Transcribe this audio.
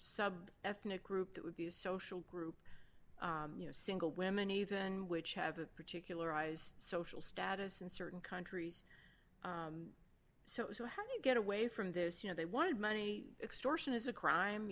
sub ethnic group that would be a social group you know single women even which have a particular rise social status in certain countries so how do you get away from this you know they wanted money extortion is a crime